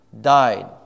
died